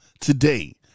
today